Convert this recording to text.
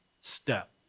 step